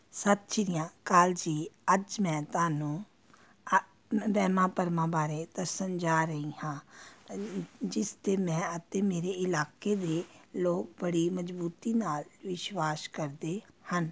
ਸਤਿ ਸ਼੍ਰੀ ਅਕਾਲ ਜੀ ਅੱਜ ਮੈਂ ਤੁਹਾਨੂੰ ਵਹਿਮਾਂ ਭਰਮਾਂ ਬਾਰੇ ਦੱਸਣ ਜਾ ਰਹੀ ਹਾਂ ਜਿਸ 'ਤੇ ਮੈਂ ਅਤੇ ਮੇਰੇ ਇਲਾਕੇ ਦੇ ਲੋਕ ਬੜੀ ਮਜ਼ਬੂਤੀ ਨਾਲ ਵਿਸ਼ਵਾਸ ਕਰਦੇ ਹਨ